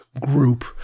group